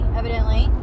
evidently